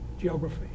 geography